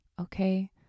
Okay